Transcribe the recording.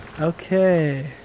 Okay